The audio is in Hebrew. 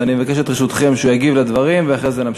אז אני אבקש את רשותכם שהוא יגיב לדברים ואחרי זה נמשיך.